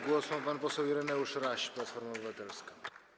Głos ma pan poseł Ireneusz Raś, Platforma Obywatelska.